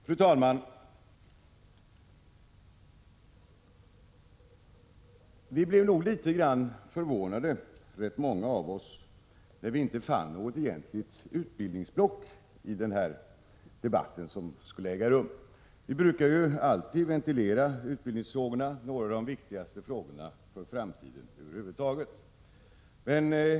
Fru talman! Rätt många av oss blev nog litet förvånade över att det inte fanns något egentligt utbildningsblock i den allmänpolitiska debatten. Vi brukar ju alltid ventilera utbildningsfrågorna, några av de viktigaste frågorna för framtiden över huvud taget, vid detta tillfälle.